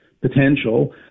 potential